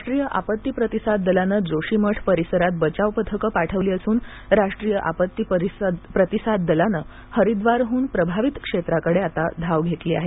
राज्य आपत्ती प्रतिसाद दलानं जोशीमठ परिसरात बचाव पथक पाठवली असून राष्ट्रीय आपत्ती प्रतिसाद दलानं हरिद्वारहून प्रभावित क्षेत्राकडे धाव घेतली आहे